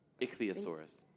Ichthyosaurus